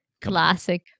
classic